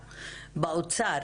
באוצר.